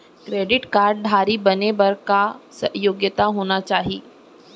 Credit card धारी बने बर का का योग्यता होना चाही?